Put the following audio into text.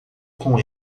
com